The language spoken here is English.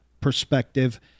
perspective